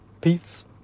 Peace